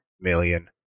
million